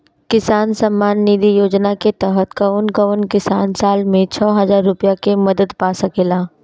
किसान सम्मान निधि योजना के तहत कउन कउन किसान साल में छह हजार रूपया के मदद पा सकेला?